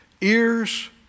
ears